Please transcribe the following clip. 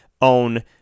own